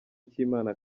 cy’imana